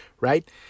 right